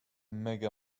mega